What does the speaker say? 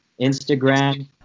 Instagram